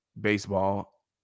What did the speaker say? baseball